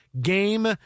Game